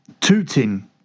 tooting